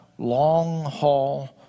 Long-haul